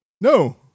No